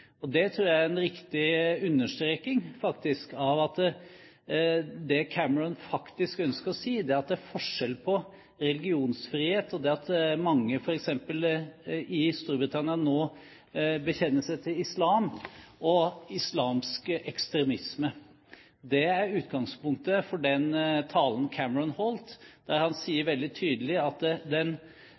things.» Det tror jeg er en riktig understreking av at det Cameron faktisk ønsker å si, er at det er forskjell på religionsfrihet og det at mange, f.eks. i Storbritannia, nå bekjenner seg til islam, og til islamsk ekstremisme. Det er utgangspunktet for den talen Cameron holdt, der han sier veldig tydelig at den